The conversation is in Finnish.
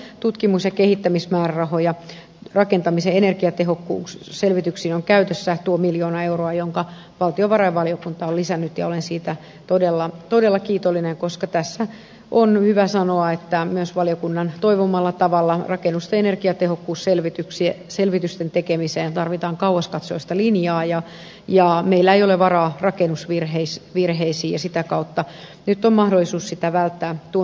tutkimus ja kehittämismäärärahoja rakentamisen energiatehokkuusselvityksiin on olemassa tuo miljoona euroa jonka valtiovarainvaliokunta on lisännyt ja olen siitä todella kiitollinen koska tässä on hyvä sanoa että myös valiokunnan toivomalla tavalla rakennusten energiatehokkuusselvitysten tekemiseen tarvitaan kauaskatseista linjaa ja meillä ei ole varaa rakennusvirheisiin ja sitä kautta nyt on mahdollisuus niitä välttää tuon summan verran